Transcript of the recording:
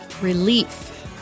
relief